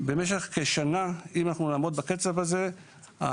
במשך כשנה אם נעמוד בקצב הזה,